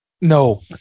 No